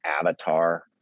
Avatar